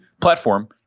platform